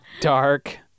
dark